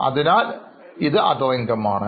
അതിനാൽ ഇത് Other income ആണ്